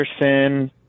Anderson